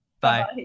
bye